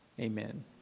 Amen